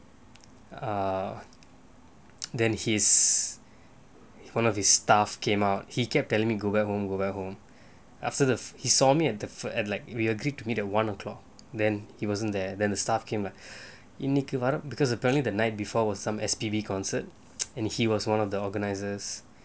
uh then his one of his staff came out he kept telling me go back home go back home after the he saw me at the food at like we agreed to meet at like one o'clock then he wasn't there then the staff came like இன்னிக்க வர:innikka vara because apparently the night before was some S_P_B concert and he was one of the organisers